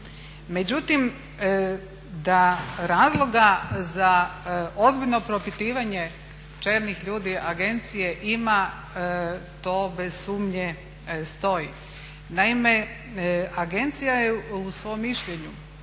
Međutim da razloga za ozbiljno propitivanje čelnih ljudi agencije ima to bez sumnje stoji. Naime, Agencija je u svome mišljenju